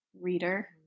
reader